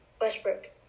Westbrook